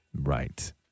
Right